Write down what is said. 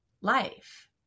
life